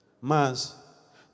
Mas